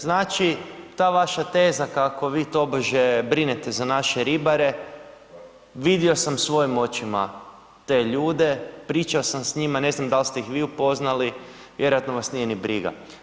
Znači, ta vaša teza kako vi tobože brinete za naše ribare vidio sam svojim očima te ljude, pričao sam s njima, ne znam dal ste ih vi upoznali, vjerojatno vas nije ni briga.